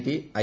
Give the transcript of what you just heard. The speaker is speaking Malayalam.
T I